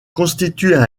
constituent